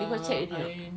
you got check already or not